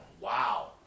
Wow